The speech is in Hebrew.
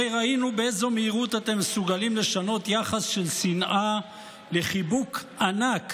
הרי ראינו באיזו מהירות אתם מסוגלים לשנות יחס של שנאה לחיבוק ענק